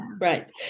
Right